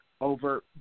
over